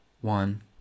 one